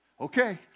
Okay